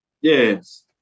Yes